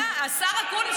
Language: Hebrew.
השר אקוניס,